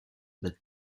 but